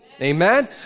Amen